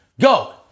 Go